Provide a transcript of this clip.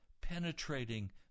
penetrating